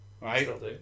right